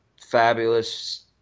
fabulous